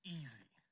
easy